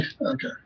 Okay